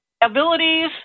abilities